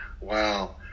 wow